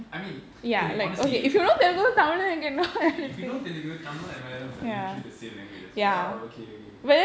I mean okay honestly okay if you know Telugu tamil and Malayalam is like literally the same languages !wow! okay okay